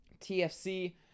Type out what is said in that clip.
TFC